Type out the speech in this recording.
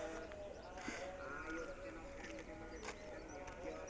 ఏం తెచ్చినా కుల్ల బెట్టుడే కదా నీపని, గప్పాలు నేస్తాడావ్